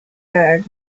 bag